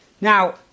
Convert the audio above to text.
Now